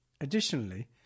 Additionally